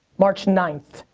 march ninth,